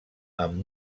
amb